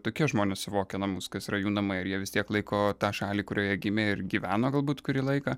tokie žmonės suvokia namus kas yra jų namai ar jie vis tiek laiko tą šalį kurioje gimė ir gyveno galbūt kurį laiką